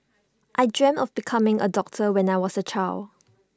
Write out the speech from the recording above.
I dreamt of becoming A doctor when I was A child